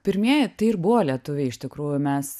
pirmieji tai ir buvo lietuviai iš tikrųjų mes